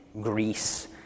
Greece